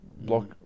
block